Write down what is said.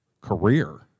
career